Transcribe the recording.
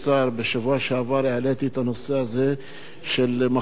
בשבוע שעבר העליתי את הנושא הזה של מחסור